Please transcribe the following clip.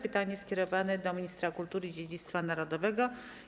Pytanie skierowane jest do ministra kultury i dziedzictwa narodowego.